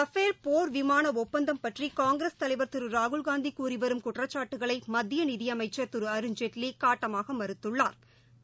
Rafale போர் விமாள ஒப்பந்தம் பற்றி காங்கிரஸ் தலைவர் திரு ராகுல் காந்தி கூறி வரும் குற்றச்சாட்டுகளை மத்திய நிதியமைச்சா் திரு அருண்ஜேட்லி காட்டமாக மறுத்துள்ளாா்